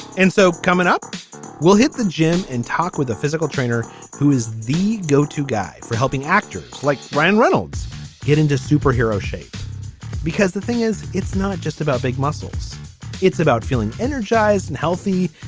and so coming up we'll hit the gym and talk with a physical trainer who is the go to guy for helping actors like ryan reynolds get into superhero shape because the thing is it's not just about big muscles it's about feeling energized and healthy.